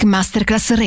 Masterclass